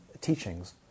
teachings